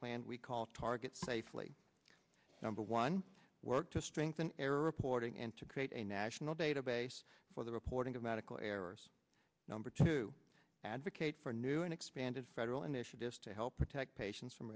plan we call target safely number one work to strengthen error reporting and to create a national database for the reporting of medical errors number to advocate for new and expanded federal initiatives to help protect patients from